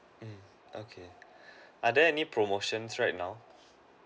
mm okay are there any promotions right now